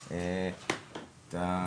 בקרוב אגש לטסט.